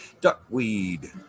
Duckweed